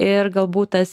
ir galbūt tas